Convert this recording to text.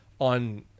on